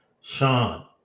Sean